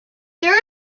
there